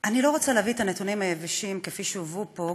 אני לא רוצה להביא את הנתונים היבשים כפי שהובאו פה,